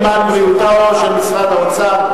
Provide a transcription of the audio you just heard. למען בריאותו של משרד האוצר,